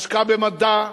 השקעה במדע,